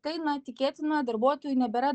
tai na tikėtina darbuotojui nebėra